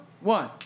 one